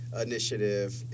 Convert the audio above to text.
initiative